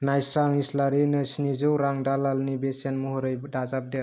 नायस्रां इस्लारिनो स्निजौ रां दालालनि बेसेन महरै दाजाबदेर